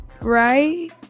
Right